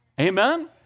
Amen